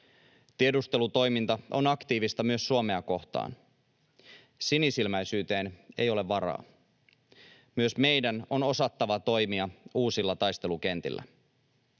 Tiedustelutoiminta on aktiivista myös Suomea kohtaan. Sinisilmäisyyteen ei ole varaa. Myös meidän on osattava toimia uusilla taistelukentillä.